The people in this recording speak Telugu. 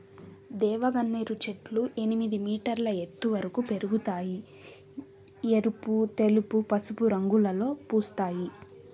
దేవగన్నేరు చెట్లు ఎనిమిది మీటర్ల ఎత్తు వరకు పెరగుతాయి, ఎరుపు, తెలుపు, పసుపు రంగులలో పూస్తాయి